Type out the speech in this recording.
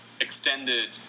extended